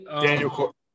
Daniel